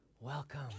welcome